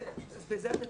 אתה צודק.